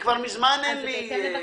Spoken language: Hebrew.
ממזמן כבר אין לי.